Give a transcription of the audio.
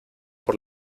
por